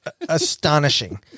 astonishing